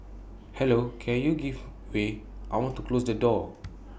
hello can you give way I want to close the door